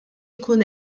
ikun